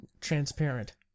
transparent